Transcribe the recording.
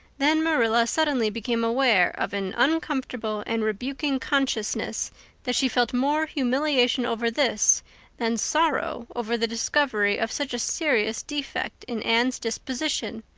then marilla suddenly became aware of an uncomfortable and rebuking consciousness that she felt more humiliation over this than sorrow over the discovery of such a serious defect in anne's disposition.